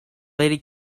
lady